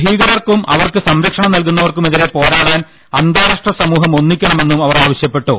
ഭീകരർക്കും അവർക്ക് സംരക്ഷണം നൽകു ന്നവർക്കുമെതിരെ പോരാടാൻ അന്താരാഷ്ട്ര സമൂഹം ഒന്നി ക്കണമെന്നും അവർ ആവശ്യപ്പെട്ടു